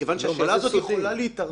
לכן החשוד צריך להיענש?